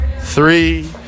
three